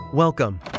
Welcome